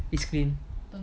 it's clean